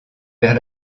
vers